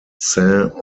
saint